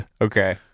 Okay